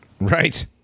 right